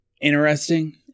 interesting